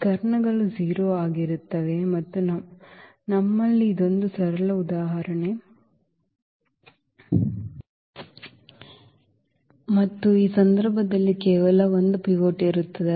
ಈ ಕರ್ಣಗಳು 0 ಆಗಿರುತ್ತವೆ ಮತ್ತು ನಮ್ಮಲ್ಲಿ ಇದೊಂದು ಸರಳ ಉದಾಹರಣೆ ಇದೆ ಮತ್ತು ಈ ಸಂದರ್ಭದಲ್ಲಿ ಕೇವಲ 1 ಪಿವೋಟ್ ಇರುತ್ತದೆ